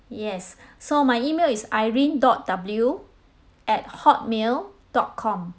yes so my email is irene dot W at hotmail dot com